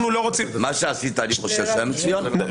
אני חושב שמה שעשית היה מצוין.